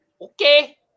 Okay